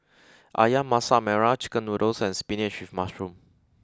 Ayam Masak Merah chicken noodles and spinach with mushroom